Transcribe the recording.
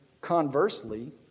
conversely